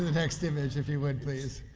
next image, if you would, please